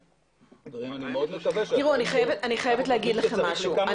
אני חייבת לומר לכם משהו.